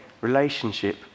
relationship